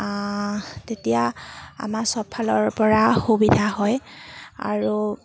তেতিয়া আমাৰ চবফালৰপৰা সুবিধা হয় আৰু